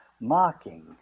Mocking